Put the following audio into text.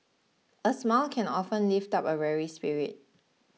a smile can often lift up a weary spirit